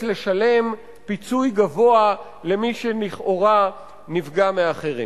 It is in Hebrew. לשלם פיצוי גבוה למי שלכאורה נפגע מהחרם.